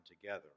together